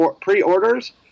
pre-orders